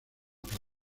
plaza